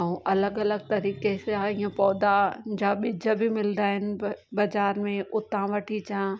ऐं अलॻि अलॻि तरीक़े सां ईअं पौधा जा बिज बि मिलंदा आहिनि ब बाज़ार में उतां वठी अचां